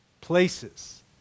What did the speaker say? Places